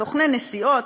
סוכני נסיעות,